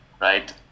right